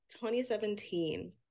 2017